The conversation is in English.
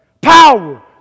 power